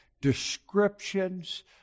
descriptions